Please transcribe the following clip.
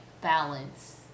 balance